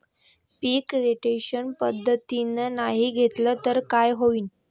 पीक rotation पद्धतीनं नाही घेतलं तर काय होईन?